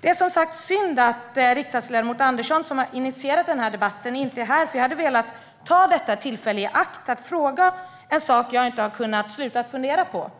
Det är, som sagt, synd att riksdagsledamot Andersson, som har initierat debatten, inte är här, för jag hade velat ta detta tillfälle i akt att fråga en sak som jag inte har kunnat sluta fundera på: